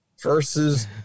versus